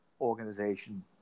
organization